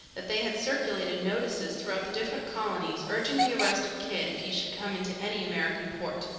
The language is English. that they had circulated notices throughout the different colonies, urging the arrest of kidd if he should come into any american port.